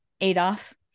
Adolf